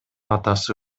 атасы